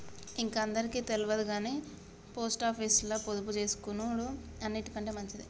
ఇంక అందరికి తెల్వదుగని పోస్టాపీసుల పొదుపుజేసుకునుడు అన్నిటికంటె మంచిది